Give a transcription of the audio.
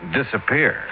disappear